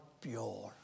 pure